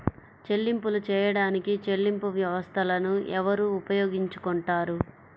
చెల్లింపులు చేయడానికి చెల్లింపు వ్యవస్థలను ఎవరు ఉపయోగించుకొంటారు?